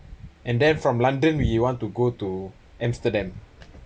and then from london we want to go to amsterdam